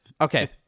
Okay